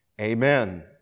Amen